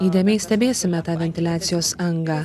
įdėmiai stebėsime tą ventiliacijos angą